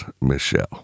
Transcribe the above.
Michelle